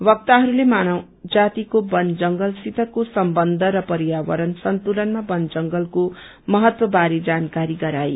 वक्ताहरूले मानव जातिको बन जंगलसितको सम्बन्ध र पर्यावरण सन्तुलनमा वन जंगलको मइत्वबारे जानकारी गराए